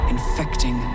Infecting